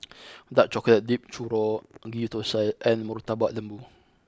dark chocolate dipped Churro Ghee Thosai and Murtabak Lembu